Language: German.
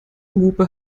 hupe